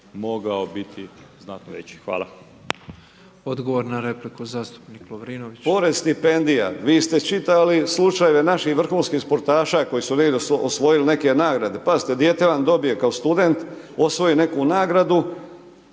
**Lovrinović, Ivan (Promijenimo Hrvatsku)** Pored stipendija, vi ste čitali slučajeve naših vrhunskih sportaša koji su redom osvojili neke nagrade. Pazite, dijete vam dobije kao student, osvoji neku nagradu,